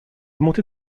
montée